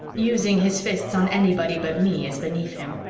using his fists on anybody but me is beneath him.